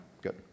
good